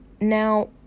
Now